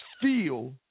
feel